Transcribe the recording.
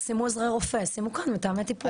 שימו עוזרי רופא, שימו כאן מתאמי טיפול.